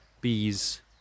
bees